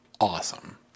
awesome